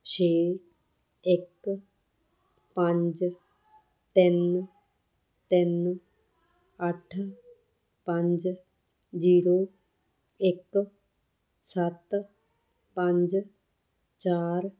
ਛੇ ਇੱਕ ਪੰਜ ਤਿੰਨ ਤਿੰਨ ਅੱਠ ਪੰਜ ਜੀਰੋ ਇੱਕ ਸੱਤ ਪੰਜ ਚਾਰ